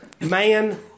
Man